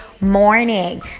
morning